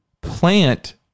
plant